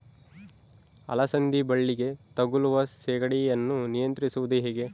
ಅಲಸಂದಿ ಬಳ್ಳಿಗೆ ತಗುಲುವ ಸೇಗಡಿ ಯನ್ನು ನಿಯಂತ್ರಿಸುವುದು ಹೇಗೆ?